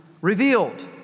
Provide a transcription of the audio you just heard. revealed